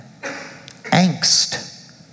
angst